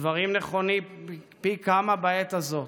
הדברים נכונים פי כמה בעת הזאת,